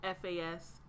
FAS